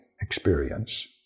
experience